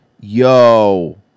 yo